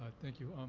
thank you.